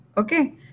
Okay